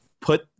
put